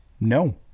no